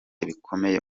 bikomeye